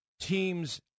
teams